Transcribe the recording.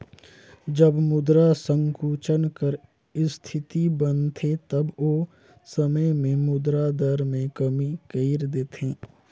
जब मुद्रा संकुचन कर इस्थिति बनथे तब ओ समे में मुद्रा दर में कमी कइर देथे